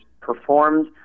performed